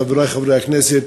חברי חברי הכנסת,